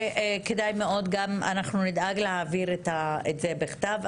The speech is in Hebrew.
אנחנו נדאג להעביר את זה בכתב,